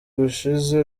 gushize